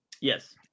Yes